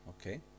Okay